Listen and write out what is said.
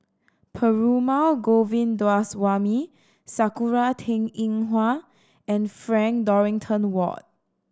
Perumal Govindaswamy Sakura Teng Ying Hua and Frank Dorrington Ward